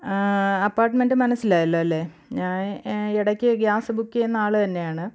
apartment മനസ്സിലായല്ലോല്ലേ ഞാൻ ഇടക്ക് ഗ്യാസ് ബുക്ക് ചെയ്യുന്ന ആൾ തന്നെയാണ്